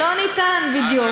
לא ניתן, בדיוק.